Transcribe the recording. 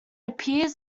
appears